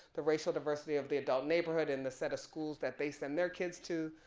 the racial diversity of the adult neighborhood and the set of schools that they send their kids to,